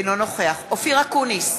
אינו נוכח אופיר אקוניס,